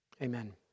Amen